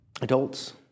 Adults